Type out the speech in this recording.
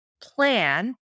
plan